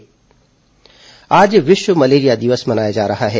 विश्व मलेरिया दिवस आज विश्व मलेरिया दिवस मनाया जा रहा है